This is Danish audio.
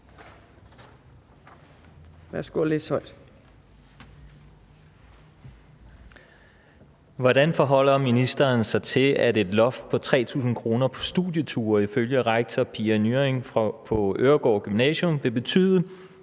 Hvordan forholder ministeren sig til, at et loft på 3.000 kr. på studieture ifølge rektor Pia Nyring på Øregård Gymnasium vil betyde,